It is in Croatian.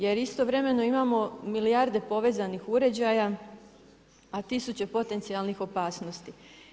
Jer istovremeno imamo milijarde povezanih uređaja, a tisuće potencijalnih opasnosti.